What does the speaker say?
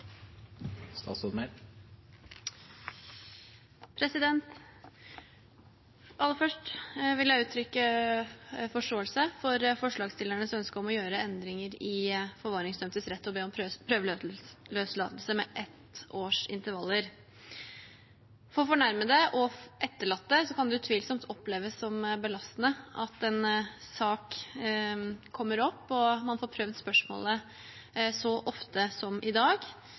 Aller først vil jeg uttrykke forståelse for forslagsstillernes ønske om å gjøre endringer i forvaringsdømtes rett til å be om prøveløslatelse med ett års intervaller. For fornærmede og etterlatte kan det utvilsomt oppleves som belastende at en sak kommer opp, og at man får prøvd spørsmålet så ofte som i dag.